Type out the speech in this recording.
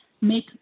Make